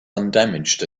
undamaged